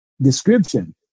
description